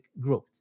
growth